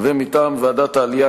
מטעם ועדת העלייה,